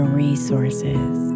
resources